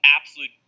absolute